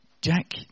Jack